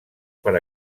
per